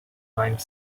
time